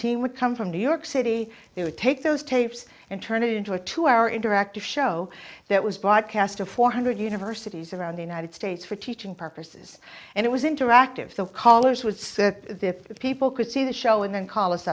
team would come from new york city they would take those tapes and turn it into a two hour interactive show that was broadcast to four hundred universities around the united states for teaching purposes and it was interactive so callers would say that if people could see the show and then call us